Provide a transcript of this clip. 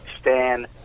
stan